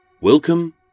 Welcome